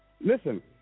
Listen